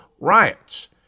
riots